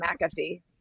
McAfee